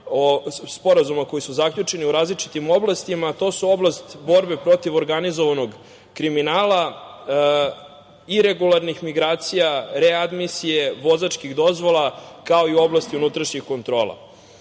sporazuma koji su zaključeni u različitim oblastima, a to su oblast borbe protiv organizovanog kriminala i regularnih migracija, readmisije, vozačkih dozvola, kao i u oblasti unutrašnjih kontrola. Valja